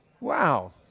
Wow